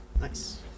Nice